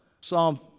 Psalm